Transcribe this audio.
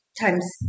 times